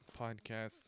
podcast